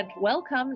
welcome